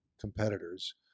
competitors